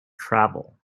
travel